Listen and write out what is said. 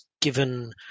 given